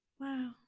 wow